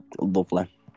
Lovely